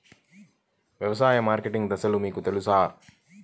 వ్యవసాయ మార్కెటింగ్ దశలు మీకు తెలుసా?